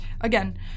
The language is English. again